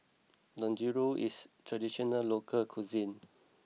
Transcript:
Dangojiru is a traditional local cuisine